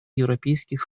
европейских